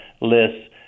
lists